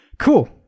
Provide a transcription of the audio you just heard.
Cool